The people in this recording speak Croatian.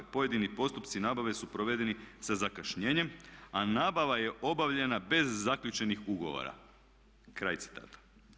Pojedini postupci nabave su provedeni sa zakašnjenjem a nabava je obavljena bez zaključenih ugovora", kraj citata.